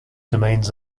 domains